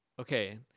okay